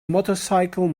motorcycle